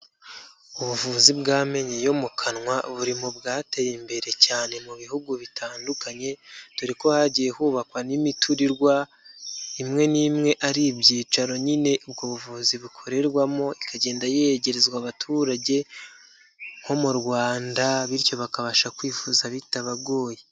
Ubuvuzi bw'amenyo yo mu kanwa buri mu bwateye imbere cyane mu bihugu bitandukanye, dore ko hagiye hubakwa n'imiturirwa imwe n'imwe ari ibyicaro nyine ubwo buvuzi bukorerwamo ikagenda yegerezwa abaturage nko mu Rwanda, bityo bakabasha kwivuza bitabagoye.